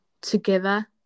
together